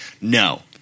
No